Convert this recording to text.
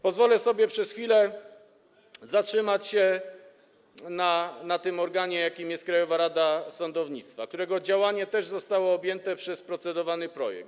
Pozwolę sobie na chwilę zatrzymać się przy organie, jakim jest Krajowa Rada Sądownictwa, którego działanie też zostało objęte przez procedowany projekt.